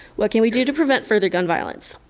what can we do to prevent further gun violence?